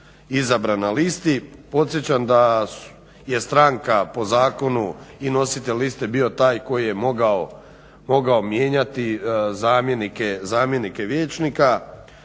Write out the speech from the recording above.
izabran na listi. Podsjećam da je stranka po zakonu i nositelj liste bio taj koji je mogao mijenjati zamjenike vijećnika